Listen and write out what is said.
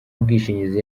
bwishingizi